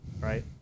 right